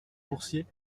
coursiers